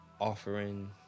offering